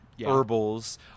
herbals